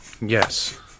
Yes